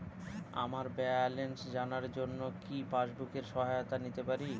আমার ব্যালেন্স জানার জন্য কি পাসবুকের সহায়তা নিতে পারি?